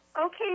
Okay